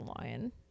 lion